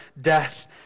death